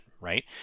right